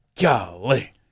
Golly